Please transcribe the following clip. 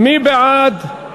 מי בעד?